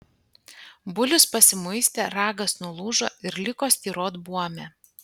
bulius pasimuistė ragas nulūžo ir liko styrot buome